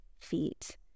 feet